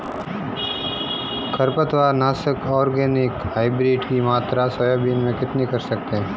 खरपतवार नाशक organic hybrid की मात्रा सोयाबीन में कितनी कर सकते हैं?